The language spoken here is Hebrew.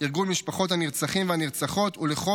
לארגון משפחות הנרצחים והנרצחות ולכל